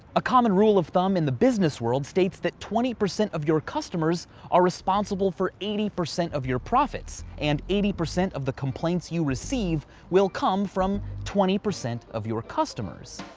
a common rule of thumb in the business world states that twenty percent of your customers are responsible for eighty percent of your profits and eighty percent of the complaints you receive will come from twenty percent of your customers.